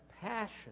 passion